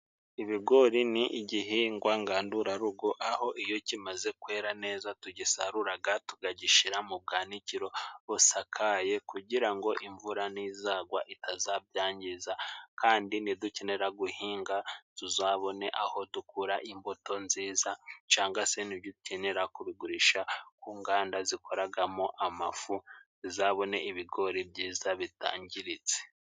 Ibigori ni igihingwa ngandurarugo aho iyo kimaze kwera neza tugisaruraga tukagishira mu bwanikiro busakaye kugira ngo imvura nizagwa itazabyangiza, kandi nidukenera guhinga tuzabone aho dukura imbuto nziza canga se nidukenera kubigurisha ku nganda zikoragamo amafu, zizabone ibigori byiza bitangiritse.